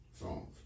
songs